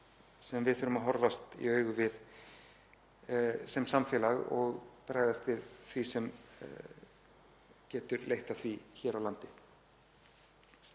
sem við þurfum að horfast í augu við sem samfélag og bregðast við því sem þær geta leitt af sér hér á landi.